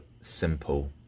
simple